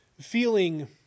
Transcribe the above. feeling